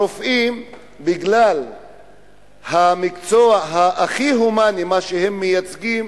הרופאים, בגלל המקצוע ההומני שהם מייצגים,